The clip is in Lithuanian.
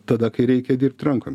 tada kai reikia dirbt rankom